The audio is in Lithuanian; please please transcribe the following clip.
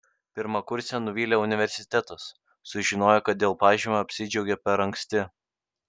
pirmakursę nuvylė universitetas sužinojo kad dėl pažymio apsidžiaugė per anksti